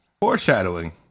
foreshadowing